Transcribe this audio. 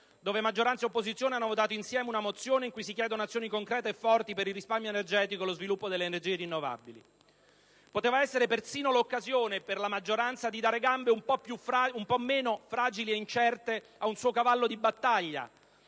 dove maggioranza e opposizione hanno votato insieme una mozione in cui si chiedono azioni concrete e forti per il risparmio energetico e lo sviluppo delle energie rinnovabili. Poteva essere persino l'occasione, per la maggioranza, di dare gambe un po' meno fragili e incerte ad un suo cavallo di battaglia,